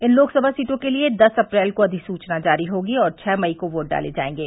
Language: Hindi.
इन लोकसभा सीटो के लिए दस अप्रैल को अधिसूचना जारी होगी और छः मई को वोट डाले जायेंगे